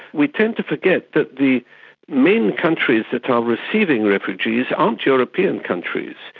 we tend to forget that the main countries that are receiving refugees aren't european countries,